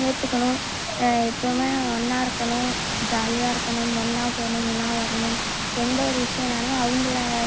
ஏற்றுக்கணும் எப்பவும் ஒன்னா இருக்கணும் ஜாலியாக இருக்கணும் ஒன்னா போகணும் ஒன்னா வரணும் எந்த ஒரு விஷயன்னாலும் அவங்களை